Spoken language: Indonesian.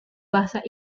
bahasa